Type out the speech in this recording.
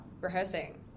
rehearsing